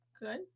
good